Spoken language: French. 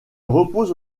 repose